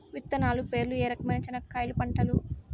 విత్తనాలు పేర్లు ఏ రకమైన చెనక్కాయలు పంటలు?